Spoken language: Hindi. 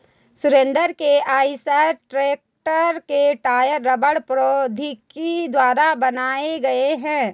सुरेंद्र के आईसर ट्रेक्टर के टायर रबड़ प्रौद्योगिकी द्वारा ही बनाए गए हैं